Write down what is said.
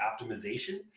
optimization